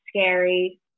scary